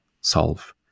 solve